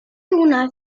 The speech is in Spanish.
una